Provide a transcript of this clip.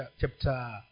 chapter